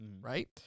right